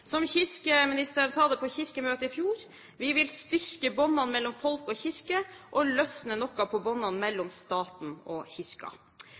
Som kirkeministeren sa det på Kirkemøtet i fjor: vi vil styrke bånda mellom folk og kirke og løsne noe på bånda mellom staten og kirka.»